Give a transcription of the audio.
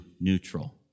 neutral